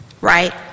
right